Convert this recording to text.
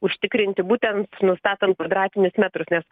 užtikrinti būtent nustatant kvadratinius metrus nes